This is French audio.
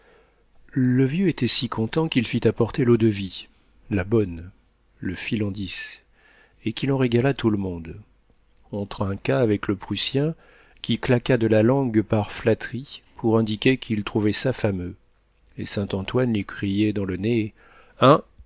le vieux était si content qu'il fit apporter l'eau-de-vie la bonne le fil en dix et qu'il en régala tout le monde on trinqua avec le prussien qui claqua de la langue par flatterie pour indiquer qu'il trouvait ça fameux et saint-antoine lui criait dans le nez hein